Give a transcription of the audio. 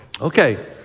Okay